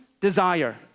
desire